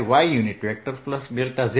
lE